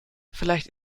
vielleicht